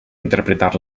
interpretar